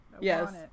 Yes